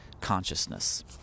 consciousness